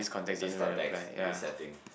in this context in this setting